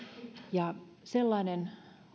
sellainen